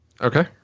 okay